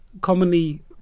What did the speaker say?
commonly